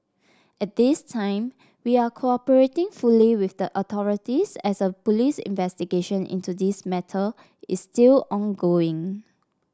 at this time we are cooperating fully with the authorities as a police investigation into this matter is still ongoing